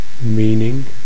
meaning